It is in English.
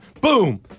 boom